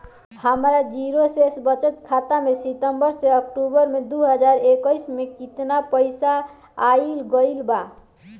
हमार जीरो शेष बचत खाता में सितंबर से अक्तूबर में दो हज़ार इक्कीस में केतना पइसा आइल गइल बा?